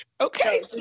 Okay